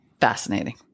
fascinating